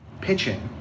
Pitching